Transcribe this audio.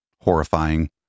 horrifying